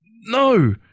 No